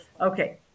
Okay